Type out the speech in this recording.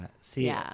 See